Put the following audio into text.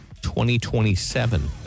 2027